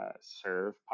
serve